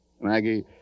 Maggie